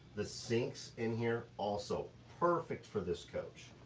the sinks in here also, perfect for this coach.